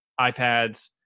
ipads